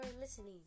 listening